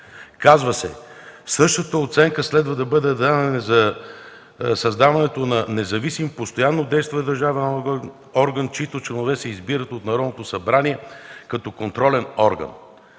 Казва се: „Същата оценка следва да бъде дадена за създаването на независим постоянно действащ държавен орган, чиито членове се избират от Народното събрание като контролен орган”.